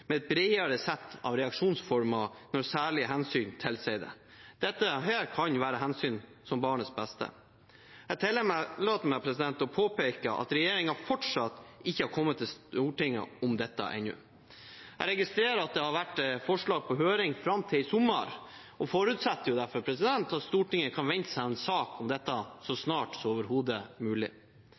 med et bredere sett av reaksjonsformer når særlige hensyn tilsier det. Dette kan være hensyn som barnets beste. Jeg tillater meg å påpeke at regjeringen fortsatt ikke har kommet til Stortinget med dette ennå. Jeg registrerer at det har vært forslag på høring fram til i sommer, og forutsetter derfor at Stortinget kan vente seg en sak om dette så snart som overhodet mulig.